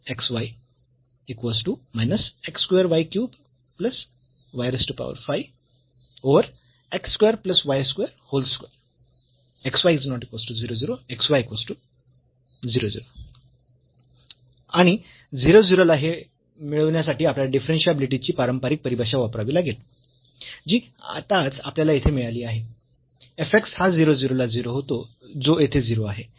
आणि 0 0 ला हे मिळविण्यासाठी आपल्याला डिफरन्शियाबिलिटीची पारंपरिक परिभाषा वापरावी लागेल जी आताच आपल्याला येथे मिळाली आहे f x हा 0 0 ला 0 होतो जो येथे 0 आहे